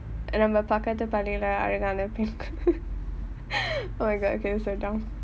நம்ம பக்கத்து பள்ளியில்லே அழகான:namma pakkathu palliyillae alakaana oh my god okay this so dumb